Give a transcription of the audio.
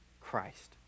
Christ